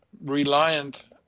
reliant